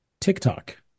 TikTok